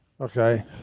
Okay